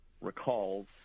recalls